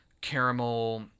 caramel